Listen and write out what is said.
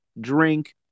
drink